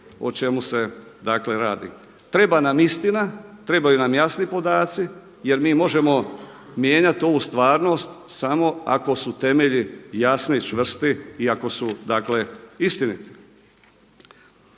o čemu se dakle radi. Treba nam istina, trebaju nam jasni podaci jer mi možemo mijenjati ovu stvarnost samo ako su temelji jasni i čvrsti i ako su dakle istiniti.